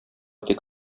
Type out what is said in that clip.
тик